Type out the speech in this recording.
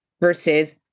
versus